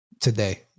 today